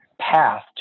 path